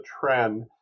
trend